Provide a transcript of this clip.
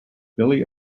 billy